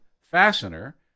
fastener